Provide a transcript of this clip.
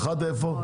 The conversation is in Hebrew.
איפה אחד?